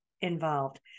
involved